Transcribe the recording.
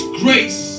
grace